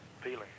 feeling